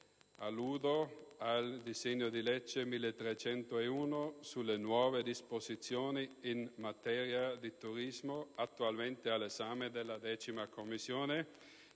Alludo al disegno di legge n. 1301 relativo a nuove disposizioni in materia di turismo, attualmente all'esame della Commissione